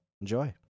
Enjoy